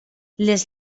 les